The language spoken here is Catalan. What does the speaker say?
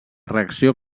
reacció